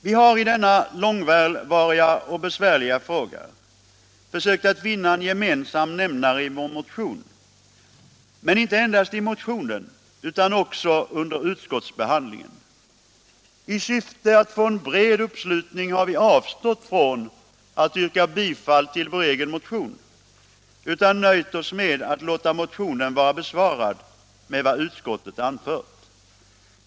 Vi har i denna långvariga och besvärliga fråga försökt att i vår motion finna en gemensam nämnare, men inte endast i motionen utan också i utskottsbehandlingen. I syfte att få en bred uppslutning har vi avstått från att yrka bifall till vår egen motion och nöjt oss med att låta motionen vara besvarad med vad utskottet anfört.